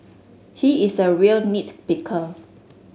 he is a real nits picker